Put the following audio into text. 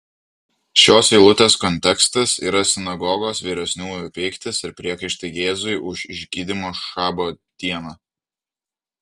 šios eilutės kontekstas yra sinagogos vyresniųjų pyktis ir priekaištai jėzui už išgydymą šabo dieną